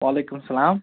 وَعلیکُم اَسَلام